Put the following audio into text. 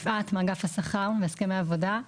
אני מאגף השכר והסכמי עבודה.